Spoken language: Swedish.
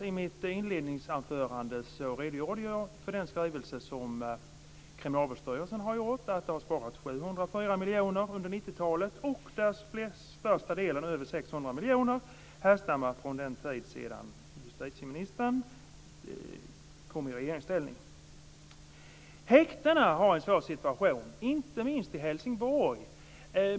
I mitt inledningsanförande redogjorde jag för skrivelsen från Kriminalvårdsstyrelsen om att det har sparats 704 miljoner under 90 talet, där den största delen, över 600 miljoner, härstammar från den tid när justitieministern kom i regeringsställning. Häktena har en svår situation, inte minst i Helsingborg.